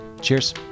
cheers